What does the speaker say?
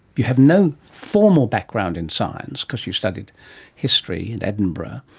you have no formal background in science because you studied history at edinburgh,